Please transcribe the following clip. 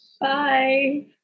Bye